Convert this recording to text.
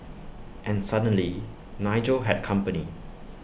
and suddenly Nigel had company